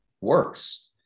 works